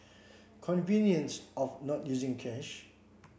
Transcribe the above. convenience of not using cash